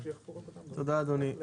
תודה, אדוני.